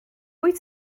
wyt